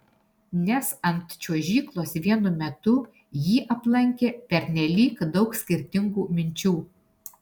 nes ant čiuožyklos vienu metu jį aplankė pernelyg daug skirtingų minčių